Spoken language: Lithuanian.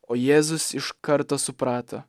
o jėzus iš karto suprato